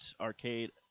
Arcade